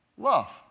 Love